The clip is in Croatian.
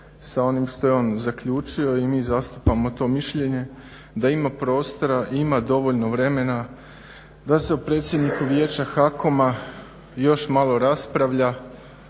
sa onim što je on zaključio, i mi zastupamo to mišljenje da ima prostora, ima dovoljno vremena da se o predsjedniku Vijeća HAKOM-a još malo raspravlja